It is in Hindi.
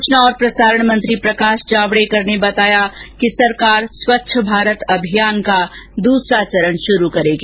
सूचना और प्रसारण मंत्री प्रकाश जावडेकर ने बताया कि सरकार स्वच्छ भारत अभियान का दूसरा चरण शुरू करेगी